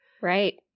Right